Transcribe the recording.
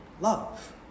love